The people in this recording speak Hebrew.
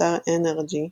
באתר nrg,